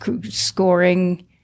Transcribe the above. scoring